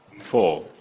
Four